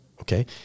okay